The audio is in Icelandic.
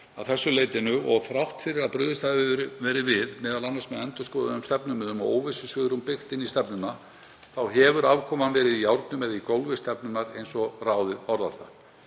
að þessu leyti og þrátt fyrir að brugðist hafi verið við m.a. með endurskoðuðum stefnumiðum og óvissusvigrúm byggt inn í stefnuna þá hefur afkoman verið í járnum eða „í gólfi“ stefnunnar eins og ráðið orðar það.